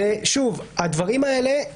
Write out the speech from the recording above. להסביר קצת את השינויים ואת השאלות